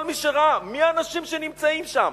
כל מי שראה מי האנשים שנמצאים שם,